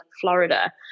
florida